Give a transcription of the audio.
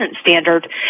standard